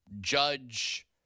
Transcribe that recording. judge